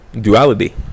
duality